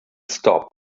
stopped